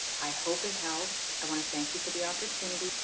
i hope it helped i want to thank you for the opportunity.